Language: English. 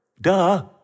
duh